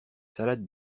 salades